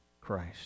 Christ